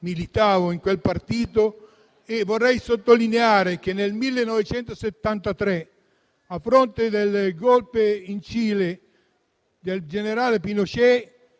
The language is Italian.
militavo in quel partito. Vorrei sottolineare che nel 1973, a fronte del golpe del generale Pinochet